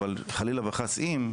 אבל חלילה וחס אם,